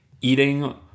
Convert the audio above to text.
eating